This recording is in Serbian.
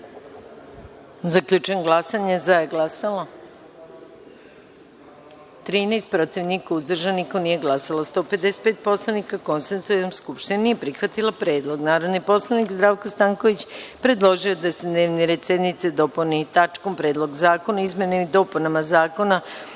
onda. Zaključujem glasanje. Za je glasalo